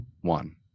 one